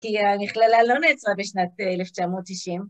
כי המכללה לא נעצרה בשנת 1990.